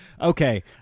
Okay